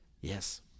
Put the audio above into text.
Yes